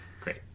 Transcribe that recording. Great